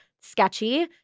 Sketchy